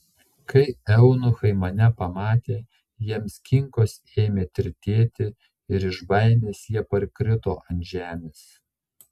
kai eunuchai mane pamatė jiems kinkos ėmė tirtėti ir iš baimės jie parkrito ant žemės